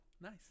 nice